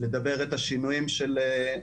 לדבר את השינויים של,